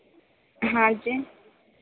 हाँ जी